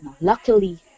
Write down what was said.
Luckily